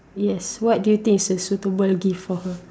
yes what do you think is a suitable gift for her